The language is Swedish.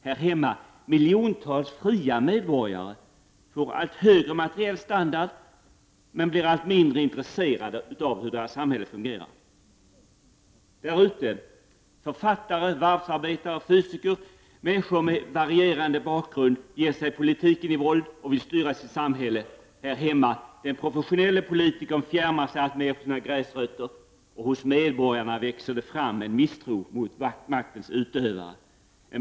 Här hemma: Miljontals fria medborgare får allt högre materiell standard men blir allt mindre intresserade av hur deras samhälle fungerar. Där ute: Författare, varvsarbetare, fysiker, människor med varierande bakgrund, ger sig politiken i våld och vill styra sitt samhälle. Här hemma: Den professionelle politikern fjärmar sig alltmer från sina gräsrötter, och hos medborgarna växer det fram en misstro mot maktens utövare.